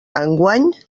enguany